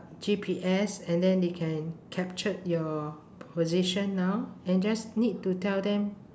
G_P_S and then they can captured your position now and just need to tell them